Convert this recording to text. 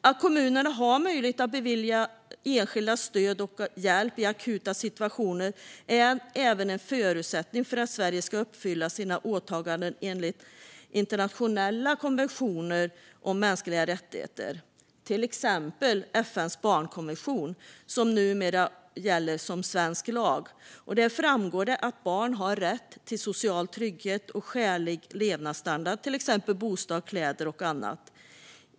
Att kommunerna har möjlighet att bevilja enskilda stöd och hjälp i akuta situationer är även en förutsättning för att Sverige ska uppfylla sina åtaganden enligt internationella konventioner om mänskliga rättigheter. Till exempel framgår det i FN:s barnkonvention, som numera gäller som svensk lag, att barn har rätt till social trygghet och skälig levnadsstandard, till exempel bostad, kläder och mat.